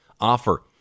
offer